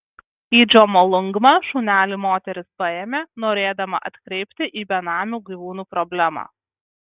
į džomolungmą šunelį moteris paėmė norėdama atkreipti į benamių gyvūnų problemą